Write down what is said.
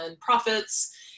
profits